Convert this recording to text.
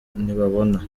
ntibabona